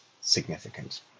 significant